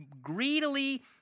greedily